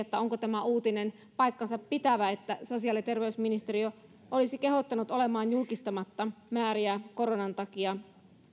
onko tämä uutinen paikkansapitävä että sosiaali ja terveysministeriö olisi kehottanut olemaan julkistamatta määriä koronan takia